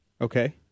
Okay